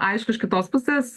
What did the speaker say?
aišku iš kitos pusės